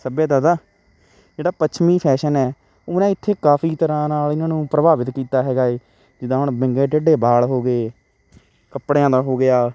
ਸੱਭਿਅਤਾ ਦਾ ਜਿਹੜਾ ਪੱਛਮੀ ਫੈਸ਼ਨ ਹੈ ਉਹ ਨਾ ਇੱਥੇ ਕਾਫੀ ਤਰ੍ਹਾਂ ਨਾਲ ਇਹਨਾਂ ਨੂੰ ਪ੍ਰਭਾਵਿਤ ਕੀਤਾ ਹੈਗਾ ਹੈ ਜਿੱਦਾਂ ਹੁਣ ਵਿੰਗੇ ਟੇਢੇ ਵਾਲ ਹੋ ਗਏ ਕੱਪੜਿਆਂ ਦਾ ਹੋ ਗਿਆ